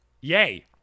Yay